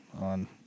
on